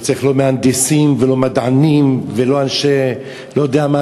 לא צריך לא מהנדסים ולא מדענים ולא צוותים,